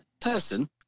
person